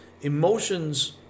emotions